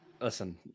listen